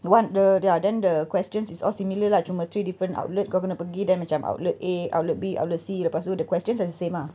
the one the ya then the questions is all similar lah cuma three different outlet kau kena pergi then macam outlet A outlet B outlet C lepas tu the questions are the same ah